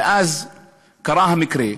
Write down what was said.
ואז קרה המקרה.